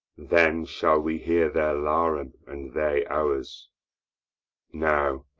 then shall we hear their larum, and they ours now,